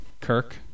Kirk